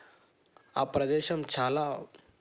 ఆ ప్రదేశం చాలా